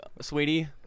sweetie